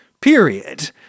period